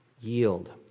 yield